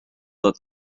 dat